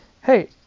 hey